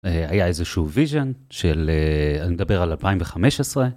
היה איזשהו vision של אני מדבר על 2015.